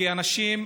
כי אנשים,